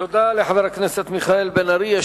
תודה לחבר הכנסת מיכאל בן-ארי.